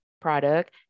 product